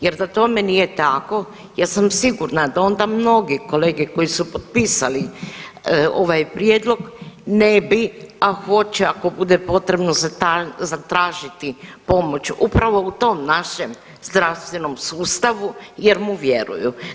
Jer da tome nije tako ja sam sigurna da onda mnogi kolege koji su potpisali ovaj prijedlog ne bi, a hoće ako bude potrebno zatražiti pomoć upravo u tom našem zdravstvenom sustavu jer mu vjeruju.